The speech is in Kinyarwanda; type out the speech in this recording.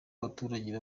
abaturage